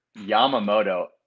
Yamamoto